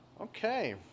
Okay